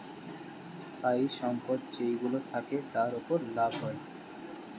স্থায়ী সম্পদ যেইগুলো থাকে, তার উপর লাভ হয়